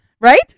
Right